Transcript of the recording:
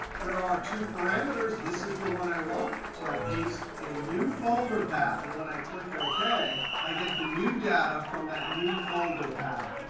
there are two parameters. this is the one i want. so i paste a new folder path. and when i click ok, i get the new data from that new folder path.